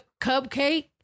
cupcake